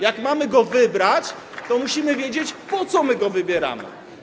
Jak mamy go wybrać, to musimy wiedzieć, po co my go wybieramy.